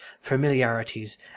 familiarities